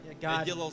God